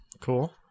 Cool